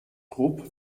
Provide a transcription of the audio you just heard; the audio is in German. rupp